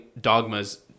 dogmas